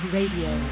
Radio